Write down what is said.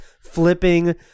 flipping